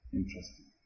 interesting